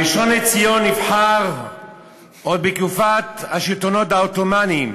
הראשון לציון נבחר עוד בתקופת השלטון העות'מאני.